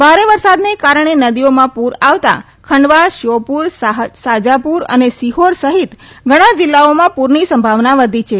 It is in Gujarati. ભારે વરસાદને કારણે નદીઓમાં પૂર આવતાં ખંડવા શ્યોપુર શાજાપુર અને સિહોર સહિત ઘણા જિલ્લાઓમાં પુરની સંભાવના વધી છે